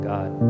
God